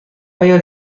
اگر